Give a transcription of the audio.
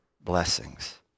blessings